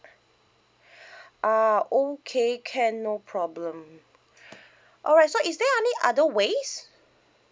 ah okay can no problem alright so is there any other ways